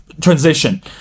transition